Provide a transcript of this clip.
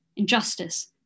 injustice